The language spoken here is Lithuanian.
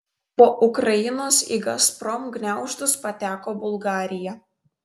po ukrainos į gazprom gniaužtus pateko bulgarija